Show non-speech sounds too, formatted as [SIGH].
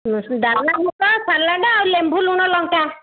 ଡାଲମା [UNINTELLIGIBLE] salad ଆଉ ଲେମ୍ବୁ ଲୁଣ ଲଙ୍କା